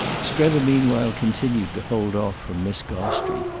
strether meanwhile continued to hold off from miss gostrey,